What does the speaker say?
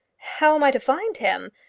how am i to find him?